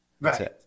Right